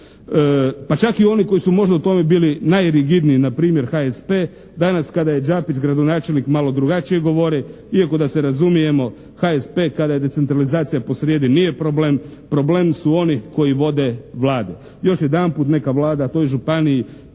Pa čak i oni koji su možda u tome bili najrigidniji, npr. HSP, danas kada je Đapić gradonačelnik malo drugačije govori. Iako da se razumijemo, HSP kada je decentralizacija posrijedi nije problem. Problem su oni koji vode vlade. Još jedanput neka Vlada toj županiji